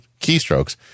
keystrokes